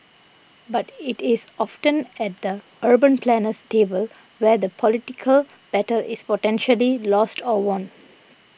but it is often at the urban planner's table where the political battle is potentially lost or won